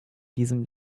diesem